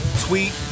tweet